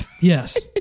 Yes